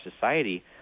society